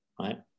right